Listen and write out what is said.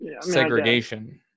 Segregation